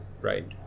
right